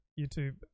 YouTube